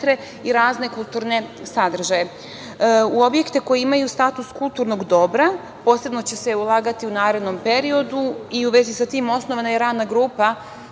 i razne kulturne sadržaje.U objekte koji imaju status kulturnog dobra posebno će se ulagati u narednom periodu i u vezi sa tim osnovana je i Radna grupa